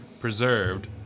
preserved